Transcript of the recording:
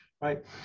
right